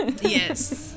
Yes